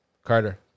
Carter